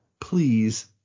please